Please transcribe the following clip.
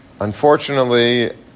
Unfortunately